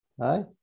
Hi